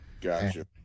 gotcha